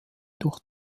durch